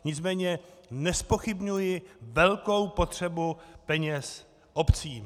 Nicméně nezpochybňuji velkou potřebu peněz obcím.